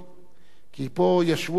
כי פה ישבו אנשים רבים